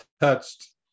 touched